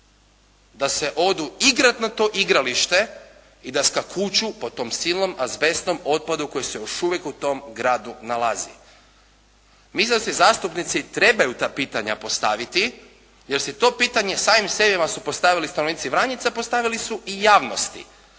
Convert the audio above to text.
da se odu igrati na to igralište i da skakuću po tom silnom azbestnom otpadu koji se još uvijek u tom gradu nalazi. Mislim da si zastupnici trebaju ta pitanja postaviti jer si to pitanje sami sebi su postavili stanovnici Vranjica, postavili su i javnosti.